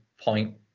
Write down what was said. point